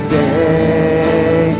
Stay